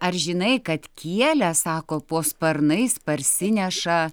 ar žinai kad kielę sako po sparnais parsineša